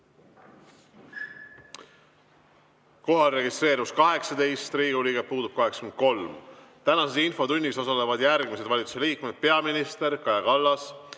registreerus 18 Riigikogu liiget, puudub 83.Tänases infotunnis osalevad järgmised valitsuse liikmed: peaminister Kaja Kallas,